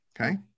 Okay